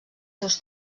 seus